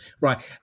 right